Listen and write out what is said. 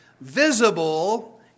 visible